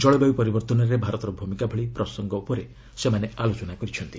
ଜଳବାୟୁ ପରିବର୍ତ୍ତନରେ ଭାରତର ଭୂମିକା ଭଳି ପ୍ରସଙ୍ଗ ଉପରେ ସେମାନେ ଆଲୋଚନା କରିଛନ୍ତି